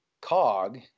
cog